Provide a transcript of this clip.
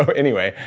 ah anyway,